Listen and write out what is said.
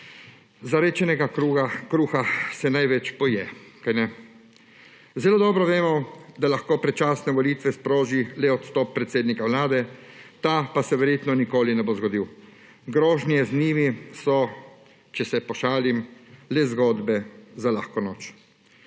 Zarečenega kruha se največ poje. Zelo dobro vemo, da lahko predčasne volitve sproži le odstop predsednika vlade, ta pa se verjetno nikoli ne bo zgodil. Grožnje z njimi so, če se pošalim, le zgodbe za lahko noč.